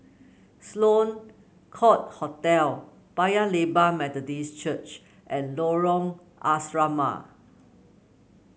Sloane Court Hotel Paya Lebar Methodist Church and Lorong Asrama